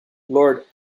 lord